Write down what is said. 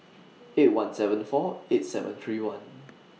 eight one seven four eight seven three one